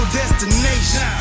destination